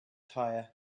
tire